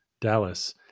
Dallas